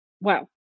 Wow